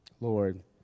Lord